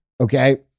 okay